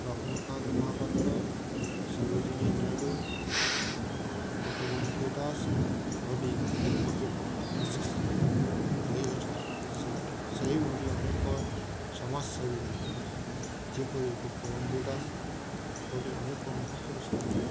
ଲକ୍ଷ୍ମୀକାନ୍ତ ମହାପାତ୍ର ସରୋଜିନୀ ନାଇଡ଼ୁ ଗୋପବନ୍ଧୁ ଦାସ ଭଲି ଅନେକ ବ୍ୟକ୍ତି ବିଶେଷ ରହିଅଛନ୍ତି ସେ ସେହି ଭଲି ଅନେକ ସମାଜସେବୀ ଯେପରି ଗୋପବନ୍ଧୁ ଦାସ ବୋଲି ଅନେକ ମହାପୁରୁଷ